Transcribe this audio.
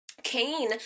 Cain